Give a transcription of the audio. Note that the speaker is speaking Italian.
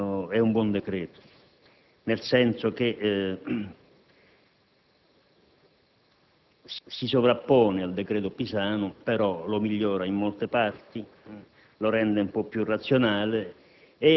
Per il resto il decreto è un buon decreto, nel senso che si sovrappone al decreto Pisanu, però lo migliora in molte parti,